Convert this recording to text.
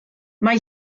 mae